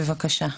בבקשה.